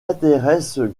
intéresse